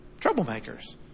Troublemakers